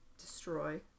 destroy